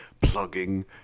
plugging